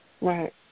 Right